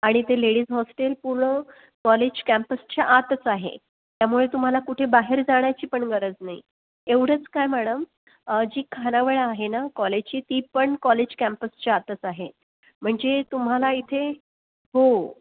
आणि ते ladies hostel पूर्ण कॉलेज कॅम्पसच्या आतच आहे त्यामुळे तुम्हाला कुठे बाहेर जाण्याची पण गरज नाही एवढंच काय मॅडम जी खानावळ आहे ना कॉलेजची ती पण कॉलेज कॅम्पसच्या आतच आहे म्हणजे तुम्हाला इथे हो